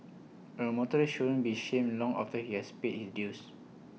A motorist shouldn't be shamed long after he has paid his dues